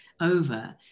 over